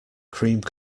creamed